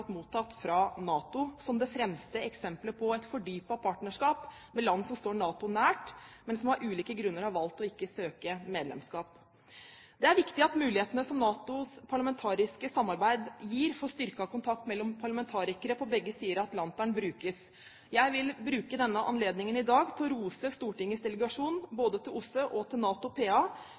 godt mottatt av NATO som det fremste eksempel på et fordypet partnerskap med land som står NATO nær, men som av ulike grunner har valgt ikke å søke medlemskap. Det er viktig at mulighetene som NATOs parlamentariske samarbeid gir for styrket kontakt mellom parlamentarikere på begge sider av Atlanteren, brukes. Jeg vil bruke denne anledningen i dag til å rose Stortingets delegasjon både til OSSE og til NATO PA,